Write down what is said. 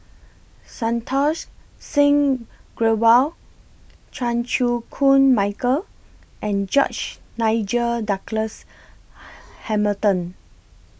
Santokh Singh Grewal Chan Chew Koon Michael and George Nigel Douglas Hamilton